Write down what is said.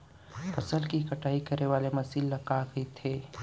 फसल की कटाई करे वाले मशीन ल का कइथे?